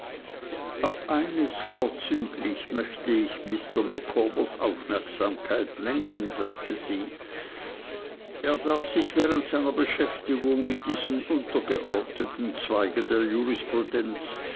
auf eines vorzüglich möchte ich mr micawbers aufmerksamkeit lenken sagte sie er darf sich während seiner beschäftigung mit diesen untergeordneten zweigen der